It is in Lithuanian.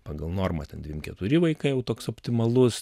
pagal normą ten dvim keturi vaikai jau toks optimalus